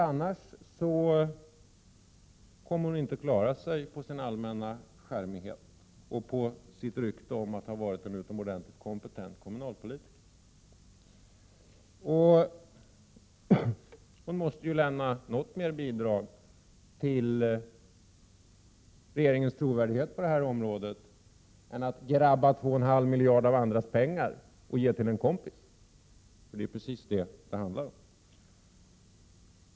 Annars kommer hon inte att klara sig på sin allmänna charmighet och på sitt rykte om att ha varit en utomordentligt kompetent kommunalpolitiker. Hon måste ju lämna något mer bidrag till regeringens trovärdighet på det här området än att grabba 2,5 miljarder av andras pengar och ge dem till en kompis, för det är precis det det handlar om.